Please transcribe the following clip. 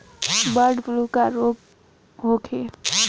Bird flu का रोग होखे?